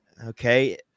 Okay